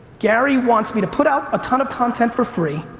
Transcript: gary wants me to put out a ton of content for free,